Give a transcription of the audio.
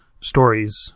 stories